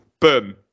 boom